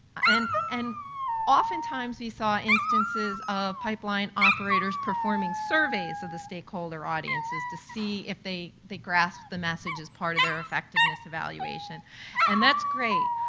and and oftentimes you saw instances of pipeline operators performing surveys of the stakeholder audiences to see if they they grasp the message as part of effectiveness evaluation and that's great,